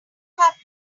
have